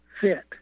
fit